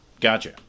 gotcha